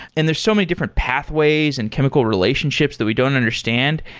and there are so many different pathways and chemical relationships that we don't understand.